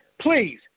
Please